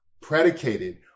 predicated